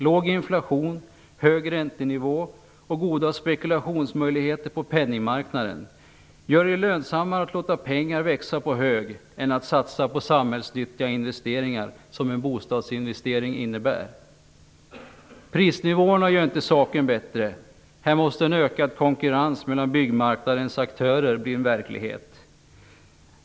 Låg inflation, hög räntenivå och goda spekulationsmöjligheter på penningmarknaden gör det lönsammare att låta pengarna växa på hög än att satsa på samhällsnyttiga investeringar, som en bostadsinvestering innebär. Prisnivåerna gör inte saken bättre. Här måste en ökad konkurrens mellan byggmarknadens aktörer bli en verklighet.